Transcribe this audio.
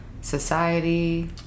society